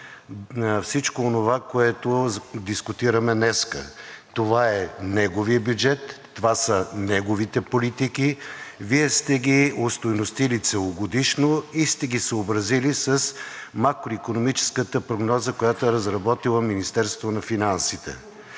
всичко онова, което дискутираме днес. Това е неговият бюджет. Това са неговите политики. Вие сте ги остойностили целогодишно и сте ги съобразили с макроикономическата прогноза, която е разработило Министерството на финансите.